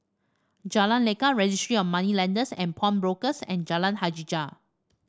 Jalan Lekar Registry of Moneylenders and Pawnbrokers and Jalan Hajijah